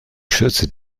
schürze